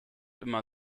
immer